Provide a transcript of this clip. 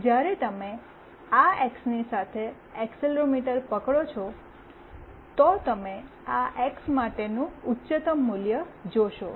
જ્યારે તમે આ એક્સની સાથે એક્સેલરોમીટર પકડો છો તો તમે આ એક્સ માટેનું ઉચ્ચતમ મૂલ્ય જોશો